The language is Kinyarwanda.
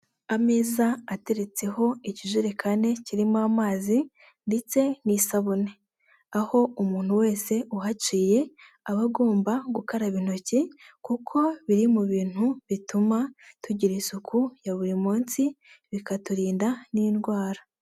Ameza ateretseho ikijerekani kirimo amazi ndetse n'isabune. Aho umuntu wese uhaciye aba agomba gukaraba intoki kuko biri mu bintu bituma tugira isuku ya buri munsi, bikaturinda n'indwara.